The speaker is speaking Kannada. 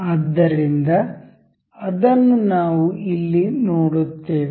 ಆದ್ದರಿಂದ ಅದನ್ನು ನಾವು ಇಲ್ಲಿ ನೋಡುತ್ತೇವೆ